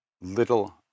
little